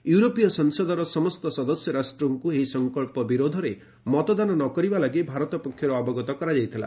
ୟୁରୋପୀୟ ସଂସଦର ସମସ୍ତ ସଦସ୍ୟ ରାଷ୍ଟ୍ରଙ୍କୁ ଏହି ସଂକଳ୍ପ ବିରୋଧରେ ମତଦାନ ନ କରିବା ଲାଗି ଭାରତ ପକ୍ଷରୁ ଅବଗତ କରାଯାଇଥିଲା